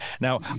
Now